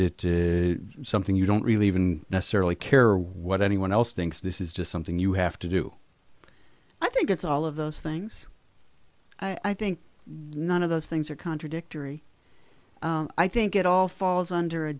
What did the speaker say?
it something you don't really even necessarily care what anyone else thinks this is just something you have to do i think it's all of those things i think none of those things are contradictory i think it all falls under a